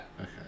Okay